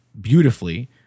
beautifully